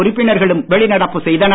உறுப்பினர்களும் வெளிநடப்பு செய்தனர்